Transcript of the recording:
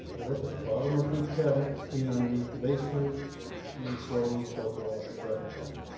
lip at the bottom of the cabinet in underneath the base frame and slowly tilt the washer cabinet back.